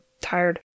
tired